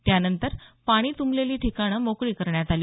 त्यानंतर पाणी तुंबलेली ठिकाणं मोकळी करण्यात आली